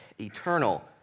eternal